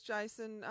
Jason